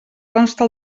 consta